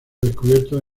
descubiertos